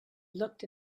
looked